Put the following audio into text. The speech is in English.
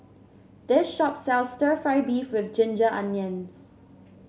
this shop sells stir fry beef with Ginger Onions